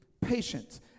Patience